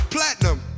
Platinum